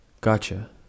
Gotcha